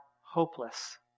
hopeless